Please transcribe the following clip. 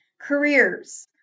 careers